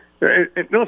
Listen